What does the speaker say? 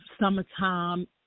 summertime